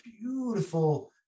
beautiful